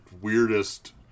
weirdest